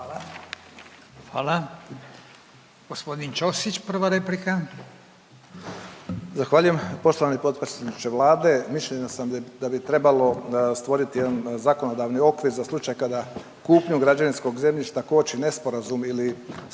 Hvala. Gospodin Ćosić prva replika.